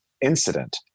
incident